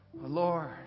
Lord